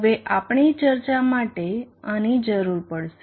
હવે આપણી ચર્ચા માટે આની જરૂર પડશે